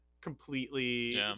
completely